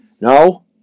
No